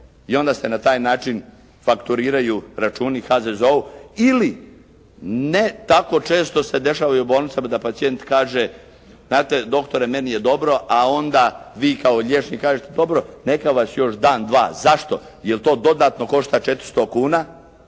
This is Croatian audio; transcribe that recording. i onda se na taj način fakturiraju računi HZZO-u. Ili ne tako često se dešava i u bolnicama da pacijent kaže znate doktore, meni je dobro, a onda vi kao liječnik kažete, dobro neka vas još dan, dva. Zašto? Jer to dodatno košta 400 kuna